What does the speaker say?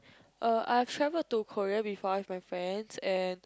uh I have travelled to Korea before with my friends and